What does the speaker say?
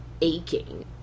aching